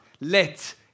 let